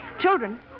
Children